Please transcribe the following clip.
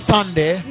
Sunday